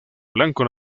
blanco